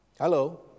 Hello